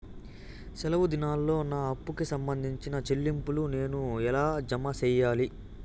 సెలవు దినాల్లో నా అప్పుకి సంబంధించిన చెల్లింపులు నేను ఎలా జామ సెయ్యాలి?